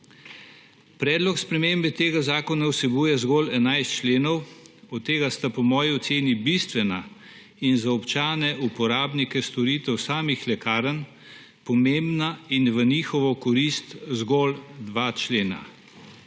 Predlog spremembe tega zakona vsebuje zgolj 11 členov, od tega sta po moji oceni bistvena in za občane, uporabnike storitev samih lekarn pomembna in v njihovo korist zgolj dva člena.